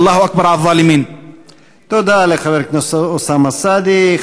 ואלוהים יכול לכל בני העוולה.) תודה לחבר הכנסת אוסאמה סעדי.